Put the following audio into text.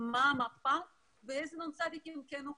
מה המפה ואיזה נ"צ כן הוקמו.